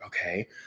okay